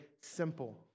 simple